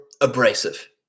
abrasive